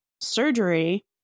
surgery